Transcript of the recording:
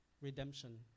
redemption